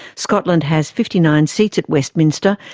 scotland has fifty nine seats at westminster,